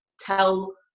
tell